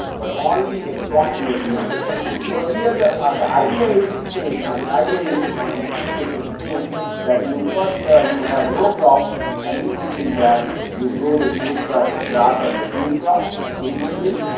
but only approximately on the contour. so, here ah yeah the ah the idea is same i mean idea is on three cases same that you first you have row crops and in between that you grow the strips of grass or legume crops in between.